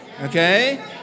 Okay